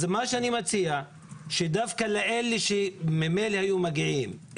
אני מציע שדווקא לאלה שממילא לא מגיעים,